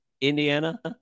Indiana